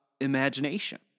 imagination